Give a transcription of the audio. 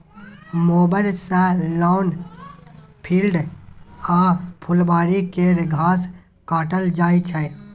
mower सँ lawn, field आ फुलबारी केर घास काटल जाइ छै